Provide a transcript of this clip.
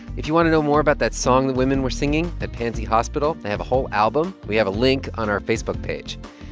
if you want to know more about that song the women were singing at panzi hospital, they have a whole album. we have a link on our facebook page.